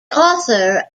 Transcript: author